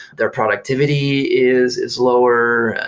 their productivity is is lower.